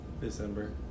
December